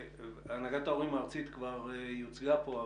הנהגת ההורים הארצית כבר יוצגה פה,